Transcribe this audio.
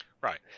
Right